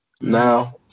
now